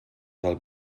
del